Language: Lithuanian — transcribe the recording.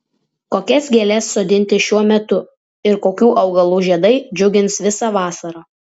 kokias gėles sodinti šiuo metu ir kokių augalų žiedai džiugins visą vasarą